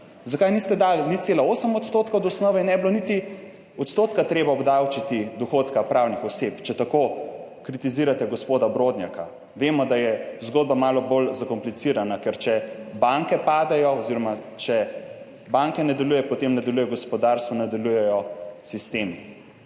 Zakaj niste dali 0,8 % od osnove in ne bi bilo treba obdavčiti niti odstotka dohodka pravnih oseb, če tako kritizirate gospoda Brodnjaka? Vemo, da je zgodba malo bolj zakomplicirana, ker če banke padejo oziroma če banke ne delujejo, potem ne deluje gospodarstvo, ne delujejo sistemi.